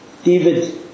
David